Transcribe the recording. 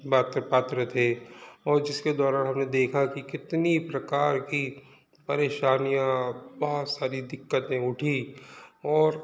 मात्र पात्र थे और जिसके दौरान हमने देखा कि कितनी प्रकार की परेशानियाँ बहुत सारी दिक्कतें उठीं और